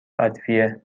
ادویه